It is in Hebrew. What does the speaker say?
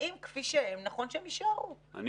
האם נכון שהם יישארו כפי שהם?